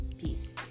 Peace